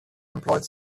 employed